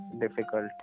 difficult